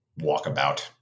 walkabout